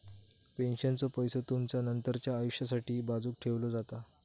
पेन्शनचो पैसो तुमचा नंतरच्या आयुष्यासाठी बाजूक ठेवलो जाता